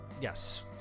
Yes